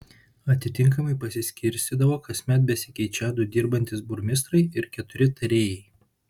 atitinkamai pasiskirstydavo kasmet besikeičią du dirbantys burmistrai ir keturi tarėjai